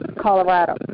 Colorado